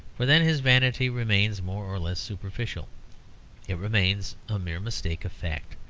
for then his vanity remains more or less superficial it remains a mere mistake of fact,